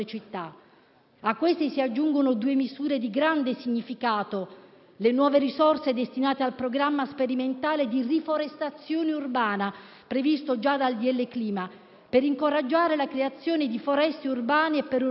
A questi si aggiungono due misure di grande significato: le nuove risorse destinate al programma sperimentale di riforestazione urbana, previsto già dal decreto clima, per incoraggiare la creazione di foreste urbane e periurbane,